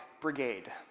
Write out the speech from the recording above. Brigade